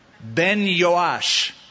Ben-Yoash